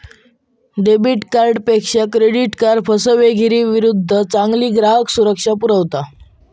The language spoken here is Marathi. डेबिट कार्डपेक्षा क्रेडिट कार्ड फसवेगिरीविरुद्ध चांगली ग्राहक सुरक्षा पुरवता